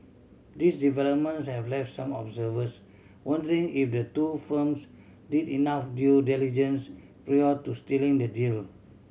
these developments have left some observers wondering if the two firms did enough due diligence prior to sealing the deal